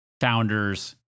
founders